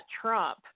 Trump